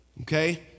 Okay